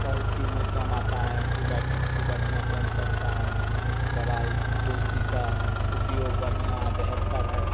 बहुत चीज़ में काम आता है एंटीबायोटिक से बढ़िया काम करता है दवाई तुलसी का उपयोग बढ़िया बेहतर है